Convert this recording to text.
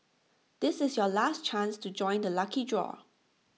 this is your last chance to join the lucky draw